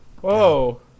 Whoa